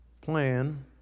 plan